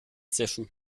zischen